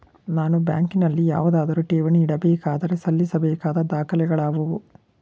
ನಾನು ಬ್ಯಾಂಕಿನಲ್ಲಿ ಯಾವುದಾದರು ಠೇವಣಿ ಇಡಬೇಕಾದರೆ ಸಲ್ಲಿಸಬೇಕಾದ ದಾಖಲೆಗಳಾವವು?